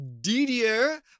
Didier